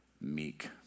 meek